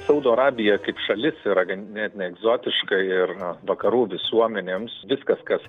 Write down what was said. saudo arabija kaip šalis yra ganėtinai egzotiška ir vakarų visuomenėms viskas kas